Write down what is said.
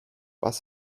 was